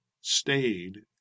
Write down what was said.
stayed